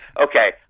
Okay